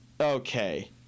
Okay